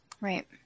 Right